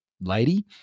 lady